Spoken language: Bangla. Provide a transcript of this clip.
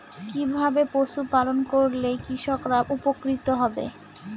কিভাবে পশু পালন করলেই কৃষকরা উপকৃত হবে?